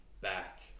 back